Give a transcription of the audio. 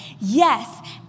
Yes